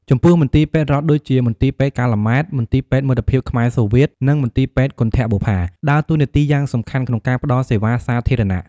ចំពោះ មន្ទីរពេទ្យរដ្ឋដូចជា មន្ទីរពេទ្យកាល់ម៉ែត មន្ទីរពេទ្យមិត្តភាពខ្មែរ-សូវៀត និងមន្ទីរពេទ្យគន្ធបុប្ផា ដើរតួនាទីយ៉ាងសំខាន់ក្នុងការផ្តល់សេវាសាធារណៈ។